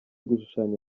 gushushanya